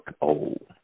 old